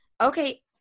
Okay